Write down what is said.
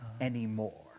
anymore